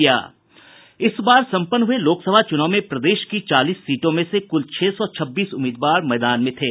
इस बार संपन्न हुये लोकसभा चूनाव में प्रदेश की चालीस सीटों से कुल छह सौ छब्बीस उम्मीदवार मैदान में थे